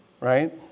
right